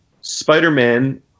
Spider-Man